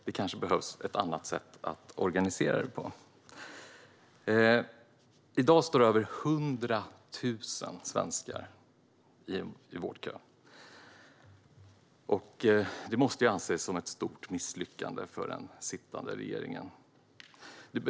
Det kanske behövs ett annat sätt att organisera detta på. I dag står över 100 000 svenskar i vårdköer. Detta måste anses som ett stort misslyckande för den sittande regeringen.